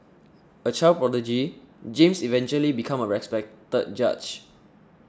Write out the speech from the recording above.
a child prodigy James eventually become a respected judge